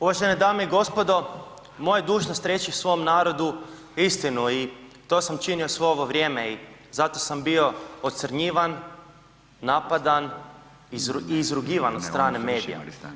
Uvažene dame i gospodo, moja je dužnost reći svom narodu istinu i to sam činio svo ovo vrijeme zato sam bio ocrnjivan, napada i izrugivan od strane medija.